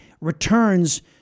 returns